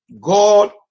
God